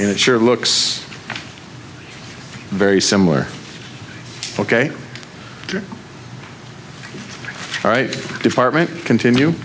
and it sure looks very similar ok all right department continue